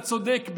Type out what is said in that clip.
אתה צודק,